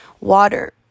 water